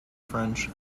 french